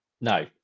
No